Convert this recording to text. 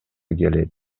келет